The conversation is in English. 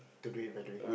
today by the way